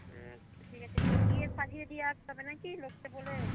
ঠিক আছে কি গিয়ে সাজিয়ে দিয়ে আসতে হবে না কি লোককে বলে